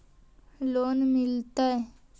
Loan मिलता?